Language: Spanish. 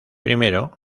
primero